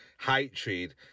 hatred